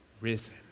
risen